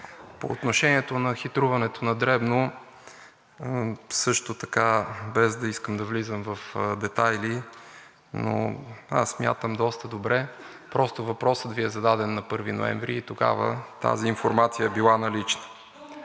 По отношение на хитруването на дребно, също така, без да искам да влизам в детайли, но аз смятам доста добре. Просто въпросът Ви е зададен на 1 ноември и тогава тази информация е била налична.